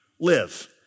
live